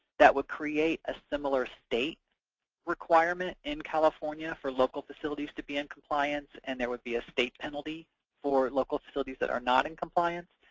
that would create a similar state requirement in california for local facilities to be in compliance, and there would be a state penalty for local facilities that are not in compliance.